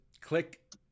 click